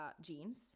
jeans